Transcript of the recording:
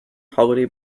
holiday